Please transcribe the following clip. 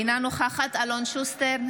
אינה נוכחת אלון שוסטר,